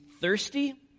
thirsty